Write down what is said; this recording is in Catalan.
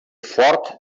fort